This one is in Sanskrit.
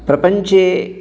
प्रपञ्चे